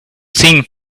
thing